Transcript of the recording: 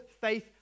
faith